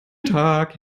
tag